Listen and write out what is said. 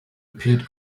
appeared